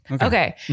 Okay